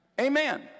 Amen